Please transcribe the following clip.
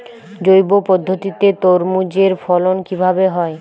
জৈব পদ্ধতিতে তরমুজের ফলন কিভাবে হয়?